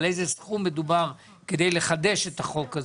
על איזה סכום מדובר כדי לחדש את החוק הזה.